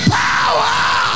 power